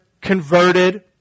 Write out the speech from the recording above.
converted